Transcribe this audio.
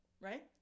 right